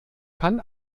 kann